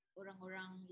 orang-orang